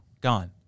gone